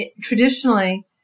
traditionally